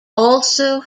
also